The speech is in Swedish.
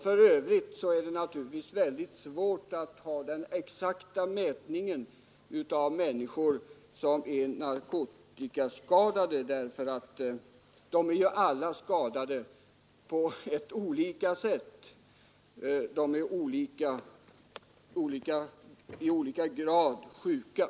För övrigt är det naturligtvis väldigt svårt att göra den exakta mätningen av antalet människor som är narkotikaskadade, därför att de är ju alla skadade på olika sätt — de är i olika grad sjuka.